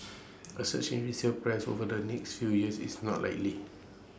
A surge in resale prices over the next few years is not likely